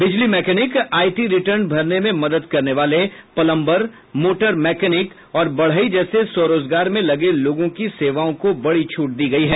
बिजली mechanic IT return भरने में मदद करने वाले प्लंबर मोटर मैकेनिक और बढ़ई जैसे स्वरोजगार में लगे लोगों की सेवाओं को बड़ी छूट दी गई है